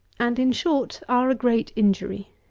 and, in short, are a great injury.